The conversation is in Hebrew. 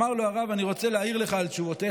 אמר לו הרב: אני רוצה להעיר לך על תשובותיך.